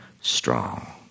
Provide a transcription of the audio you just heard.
strong